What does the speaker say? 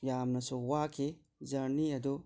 ꯌꯥꯝꯅꯁꯨ ꯋꯥꯈꯤ ꯖꯔꯅꯤ ꯑꯗꯨ